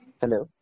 hello